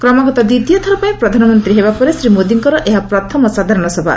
କ୍ରମାଗତ ଦ୍ୱିତୀୟ ଥରପାଇଁ ପ୍ରଧାନମନ୍ତ୍ରୀ ହେବା ପରେ ଶ୍ରୀ ମୋଦିଙ୍କର ଏହା ପ୍ରଥମ ସାଧାରଣ ସଭା